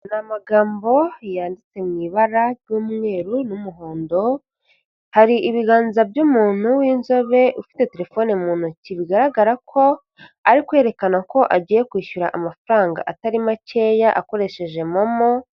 Ni amagambo yanditse mu ibara ry'umweru n'umuhondo, hari ibiganza by'umuntu w'inzobe ufite telefone mu ntoki, bigaragara ko ari kwerekana ko agiye kwishyura amafaranga atari makeya akoresheje momo.